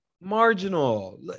Marginal